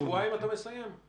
זה